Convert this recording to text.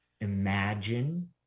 imagine